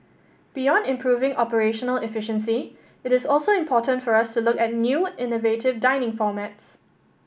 beyond improving operational efficiency it is also important for us to look at new innovative dining formats